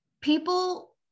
people